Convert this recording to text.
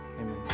Amen